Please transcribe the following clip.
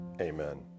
amen